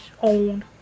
owned